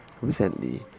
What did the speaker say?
Recently